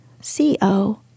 C-O